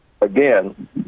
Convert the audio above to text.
Again